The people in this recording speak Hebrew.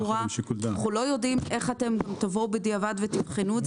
אנחנו לא יודעים איך אתם תבואו בדיעבד ותבחנו את זה.